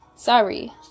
Sorry